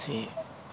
ꯁꯤ